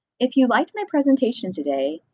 if you liked my presentation today,